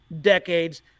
decades